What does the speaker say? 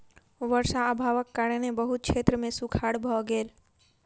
वर्षा अभावक कारणेँ बहुत क्षेत्र मे सूखाड़ भ गेल